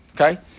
Okay